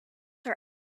are